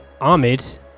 Ahmed